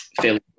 fairly